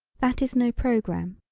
that is no programme.